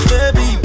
Baby